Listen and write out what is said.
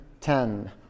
ten